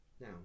Now